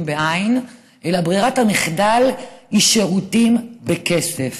בעין אלא ברירת המחדל היא שירותים בכסף.